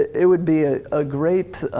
it would be a great,